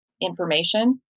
information